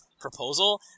proposal